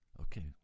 Okay